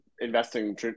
investing